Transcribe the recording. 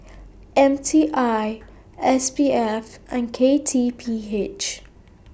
M T I S P F and K T P H